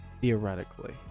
Theoretically